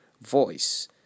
voice